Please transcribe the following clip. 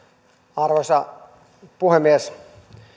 arvoisa puhemies